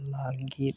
ᱞᱟᱹᱜᱤᱫ